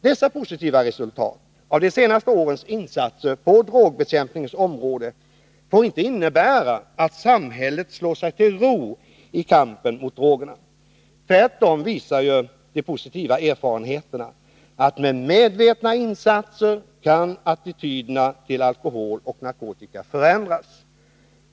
Dessa positiva resultat av de senaste årens insatser på drogbekämpningens område får inte innebära att samhället slår sig till ro i kampen mot drogerna. Tvärtom visar de positiva erfarenheterna att attityderna till alkohol och narkotika genom medvetna insatser kan förändras.